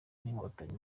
inkotanyi